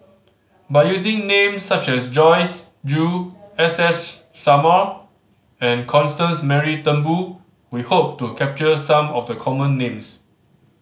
by using names such as Joyce Jue S S Sarma and Constance Mary Turnbull we hope to capture some of the common names